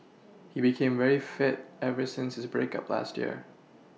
he became very fit ever since his break up last year